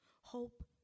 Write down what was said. Hope